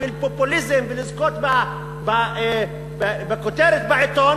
בשביל פופוליזם ולזכות בכותרת בעיתון